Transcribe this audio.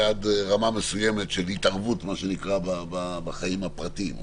עד רמה מסוימת של התערבות בחיים הפרטיים.